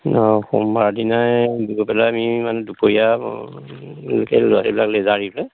অঁ সোমবাৰ দিনাই গৈ পেলাই আমি মানে দুপৰীয়ালৈকে ল'ৰা ছোৱালীবিলাক লেজাৰ দি থৈ